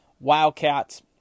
Wildcats